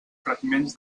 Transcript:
fragments